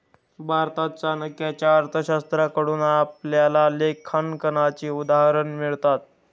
भारतात चाणक्याच्या अर्थशास्त्राकडून आपल्याला लेखांकनाची उदाहरणं मिळतात